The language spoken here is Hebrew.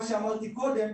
מה שאמרתי קודם,